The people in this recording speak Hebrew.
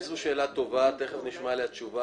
זאת שאלה טובה ותכף נשמע עליה תשובה.